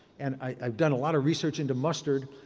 and i've done a lot of research into mustard,